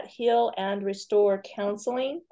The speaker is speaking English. HealAndRestoreCounseling